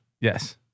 Yes